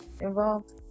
involved